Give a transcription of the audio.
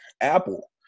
apple